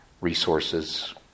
resources